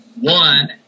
One